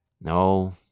No